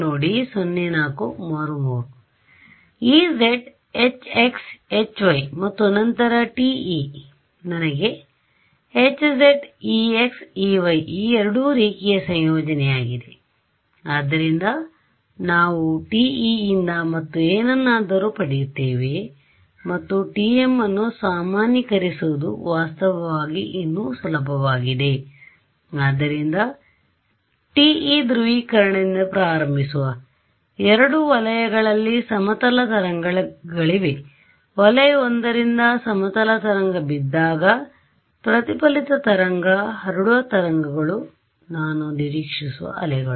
EzHx Hy ಮತ್ತು ನಂತರ TE ನನಗೆ Hz Ex Ey ಈ ಎರಡು ರೇಖೀಯ ಸಂಯೋಜನೆ ಯಾಗಿದೆಆದ್ದರಿಂದ ನಾವು TE ಯಿಂದ ಮತ್ತು ಏನನ್ನಾದರೂ ಪಡೆಯುತ್ತೇವೆ ಮತ್ತು TM ಅನ್ನು ಸಾಮಾನ್ಯೀಕರಿಸುವುದು ವಾಸ್ತವವಾಗಿ ಇನ್ನೂ ಸುಲಭವಾಗಿದೆ ಆದ್ದರಿಂದ TE ಧ್ರುವೀಕರಣದಿಂದ ಪ್ರಾರಂಭಿಸುವ ಎರಡು ವಲಯಗಳಲ್ಲಿ ಸಮತಲ ತರಂಗಗಳಿವೆ ವಲಯ 1 ರಿಂದ ಸಮತಲ ತರಂಗ ಬಿದ್ದಾಗ ಪ್ರತಿಫಲಿತ ತರಂಗ ಹರಡುವ ತರಂಗಗಳು ನಾನು ನಿರೀಕ್ಷಿಸುವ ಅಲೆಗಳು